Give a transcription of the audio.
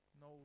no